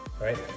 right